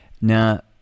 Now